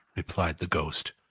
replied the ghost.